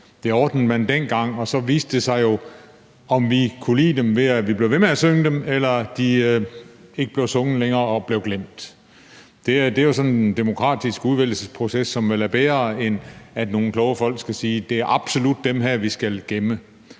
Det ordnede man dengang, og så viste det sig jo, om vi kunne lide dem, ved at vi blev ved med at synge dem, eller de ikke blev sunget længere og blev glemt. Det er jo sådan en demokratisk udvælgelsesproces, som vel er bedre, end at nogle kloge folk skulle sige, at det absolut er dem her, vi skal gemme.